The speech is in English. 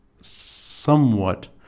somewhat